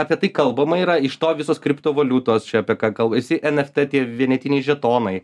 apie tai kalbama yra iš to visos kriptovaliutos apie ką kalba visi nft tie vienetiniai žetonai